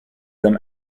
them